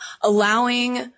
allowing